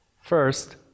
First